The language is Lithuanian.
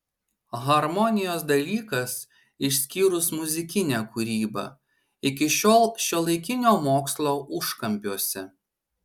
harmonijos dalykas išskyrus muzikinę kūrybą iki šiol šiuolaikinio mokslo užkampiuose